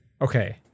Okay